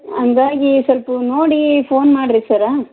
ಹಂಗಾಗಿ ಸ್ವಲ್ಪ ನೋಡಿ ಫೋನ್ ಮಾಡ್ರಿ ಸರ್